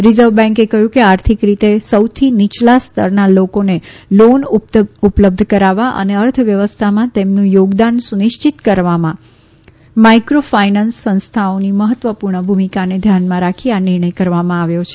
reserve બેંકે કહયું કે આર્થિક રીતે સૌથી નીયલા સ્તરના લોકોને લોન ઉપલબ્ધ કરાવવા અને અર્થ વ્યવસ્થામાં તેમનું યોગદાન સુનિશ્ચિત કરવામાં માઇક્રો ફાઇનાન્સ સંસ્થાઓની મહત્વપુર્ણ ભૂમિકાને ધ્યાનમાં રાખી આ નિર્ણય કરવામાં આવ્યો છે